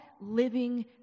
living